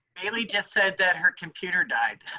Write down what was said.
haley just said that her computer died.